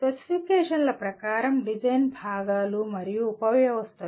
స్పెసిఫికేషన్ల ప్రకారం డిజైన్ భాగాలు మరియు ఉప వ్యవస్థలు